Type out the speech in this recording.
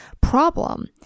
problem